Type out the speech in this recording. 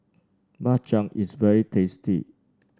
Bak Chang is very tasty